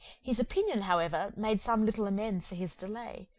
his opinion, however, made some little amends for his delay,